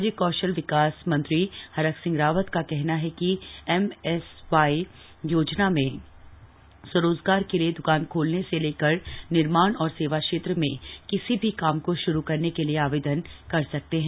राज्य कौशल विकास मंत्री हरक सिंह रावत का कहना है कि एमएसवाई योजना में स्वरोजगार के लिए दुकान खोलने से लेकर निर्माण और सेवा क्षेत्र में किसी भी काम को श्रू करने के लिए आवेदन कर सकते हैं